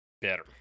better